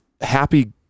happy